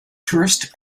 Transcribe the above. tourist